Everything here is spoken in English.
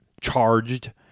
charged